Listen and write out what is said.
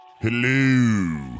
Hello